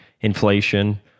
inflation